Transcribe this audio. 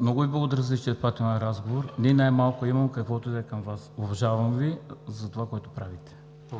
Много Ви благодаря за изчерпателния разговор. Ни най-малко имам каквото и да е към Вас – уважавам Ви за това, което правите. Благодаря